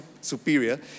superior